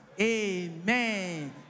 Amen